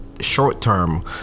short-term